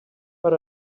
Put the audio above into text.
but